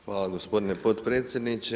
Hvala gospodine potpredsjedniče.